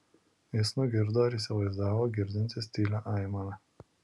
jis nugirdo ar įsivaizdavo girdintis tylią aimaną